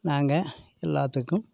நாங்கள் எல்லாத்துக்கும்